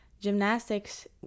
gymnastics